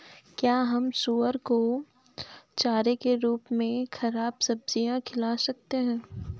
क्या हम सुअर को चारे के रूप में ख़राब सब्जियां खिला सकते हैं?